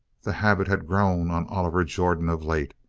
the habit had grown on oliver jordan of late.